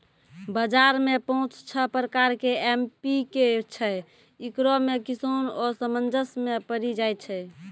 बाजार मे पाँच छह प्रकार के एम.पी.के छैय, इकरो मे किसान असमंजस मे पड़ी जाय छैय?